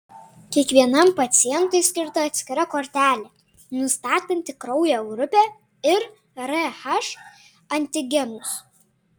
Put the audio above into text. kiekvienam pacientui skirta atskira kortelė nustatanti kraujo grupę ir rh antigenus